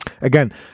Again